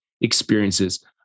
experiences